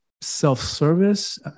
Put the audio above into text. self-service